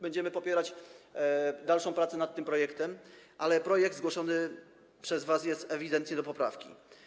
Będziemy popierać dalszą pracę nad tym projektem, ale projekt zgłoszony przez was jest ewidentnie do poprawki.